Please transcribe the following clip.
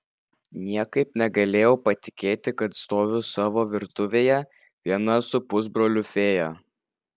niekaip negalėjau patikėti kad stoviu savo virtuvėje viena su pusbroliu fėja